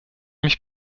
mich